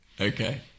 Okay